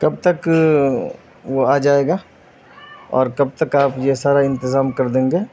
کب تک وہ آ جائے گا اور کب تک آپ یہ سارا انتظام کر دیں گے